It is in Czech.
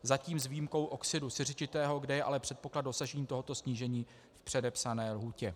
Zatím s výjimkou oxidu siřičitého, kde je ale předpoklad dosažení tohoto snížení v předepsané lhůtě.